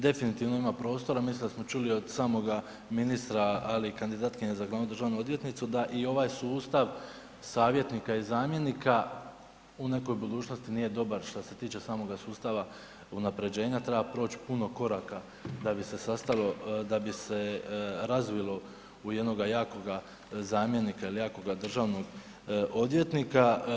Definitivno ima prostora, mislim da smo čuli od samoga ministra, ali i kandidatkinje za glavnu državnu odvjetnicu da i ovaj sustav savjetnika i zamjenika u nekoj budućnosti nije dobar što se tiče samoga sustava unaprjeđenja, treba proći puno koraka da bi se razvilo u jednoga jakoga zamjenika ili jakoga državnog odvjetnika.